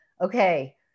Okay